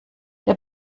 der